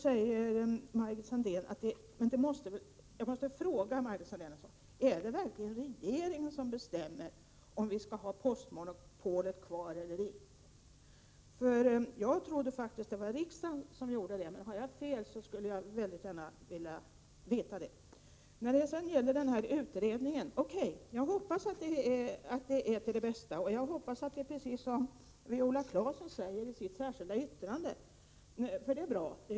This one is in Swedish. Sedan måste jag fråga Margit Sandéhn en sak: Är det verkligen regeringen som bestämmer, om vi skall ha postmonopolet kvar eller ej? Jag trodde faktiskt att det var riksdagen som bestämmer. Har jag fel skulle jag mycket gärna vilja få veta det. Beträffande utredningen: Okej, jag hoppas att det blir bra. Jag hoppas att det är precis som Viola Claesson skriver i sitt särskilda yttrande — för detta yttrande är bra.